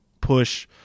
push